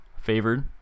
favored